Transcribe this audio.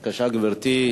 בבקשה, גברתי.